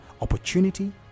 opportunity